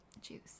juice